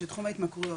שתחום ההתמכרויות,